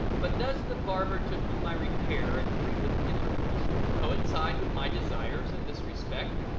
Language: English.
but does the barber to whom i repair at frequent intervals coincide with my desires in this respect?